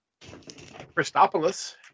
Christopolis